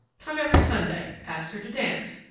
come every sunday, ask her to dance,